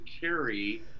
carry